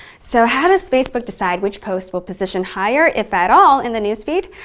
so how does facebook decide which post will position higher if at all in the news feed?